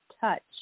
touch